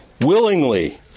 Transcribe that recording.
willingly